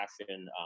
passion